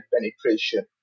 penetration